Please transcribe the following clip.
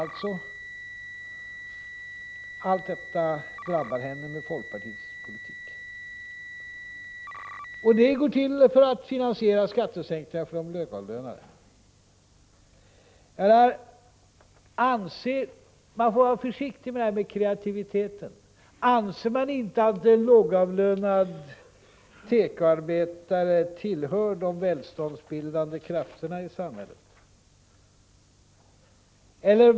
Allt detta drabbar henne med folkpartiets politik. Pengarna går till att finansiera skattesänkningar för de högavlönade. Man får vara försiktig med talet om kreativitet. Anser inte folkpartiet att en lågavlönad tekoarbetare tillhör de välståndsbildande krafterna i samhället?